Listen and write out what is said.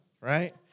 Right